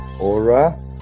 Aura